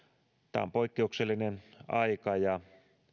tämä on poikkeuksellinen aika ja